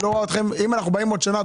אם אנחנו באים עוד שנה,